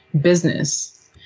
business